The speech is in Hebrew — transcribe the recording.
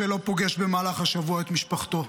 משה לא פוגש במהלך השבוע את משפחתו.